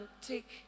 take